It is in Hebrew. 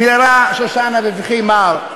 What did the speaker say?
מיררה שושנה בבכי מר.